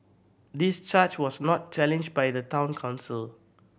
this charge was not challenged by the Town Council